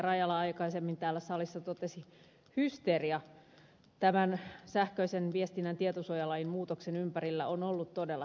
rajala aikaisemmin täällä salissa totesi hysteria tämän sähköisen viestinnän tietosuojalain muutoksen ympärillä on ollut todella hämmentävää